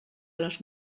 les